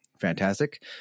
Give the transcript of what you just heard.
fantastic